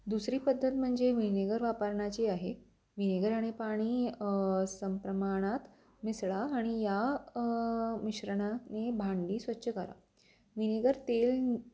दुसरी पद्धत म्हणजे विनेगर वापरण्याची आहे विनेगर आणि पाणी सम प्रमाणात मिसळा आणि या मिश्रणाने भांडी स्वच्छ करा विनेगर तेल